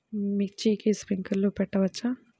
మిర్చికి స్ప్రింక్లర్లు పెట్టవచ్చా?